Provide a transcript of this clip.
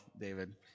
David